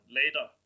later